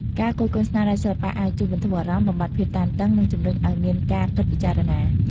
ការគយគន់ស្នាដៃសិល្បៈអាចជួយបន្ធូរអារម្មណ៍ បំបាត់ភាពតានតឹង និងជំរុញឲ្យមានការគិតពិចារណា។